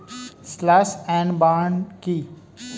Slash and burn কি?